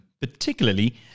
particularly